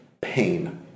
pain